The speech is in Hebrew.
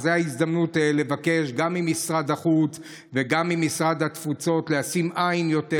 אז זאת ההזדמנות לבקש גם ממשרד החוץ וגם ממשרד התפוצות לשים עין יותר,